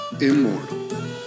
immortal